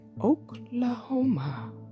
Oklahoma